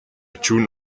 tschun